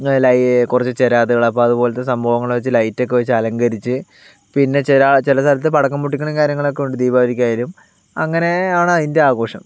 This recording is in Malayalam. കുറച്ച് ചിരാതുകൾ അപ്പോൾ അതുപോലത്തെ സംഭവങ്ങൾ വെച്ച് ലൈറ്റൊക്കെ വെച്ച് അലങ്കരിച്ച് പിന്നെ ചില ചില സ്ഥലത്ത് പടക്കം പൊട്ടിക്കലും കാര്യങ്ങളൊക്കെ ഉണ്ട് ദീപാവലിക്ക് ആയാലും അങ്ങനെയാണ് അതിൻ്റെ ആഘോഷം